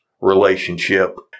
relationship